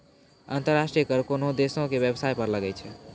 अंतर्राष्ट्रीय कर कोनोह देसो के बेबसाय पर लागै छै